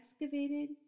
excavated